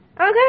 okay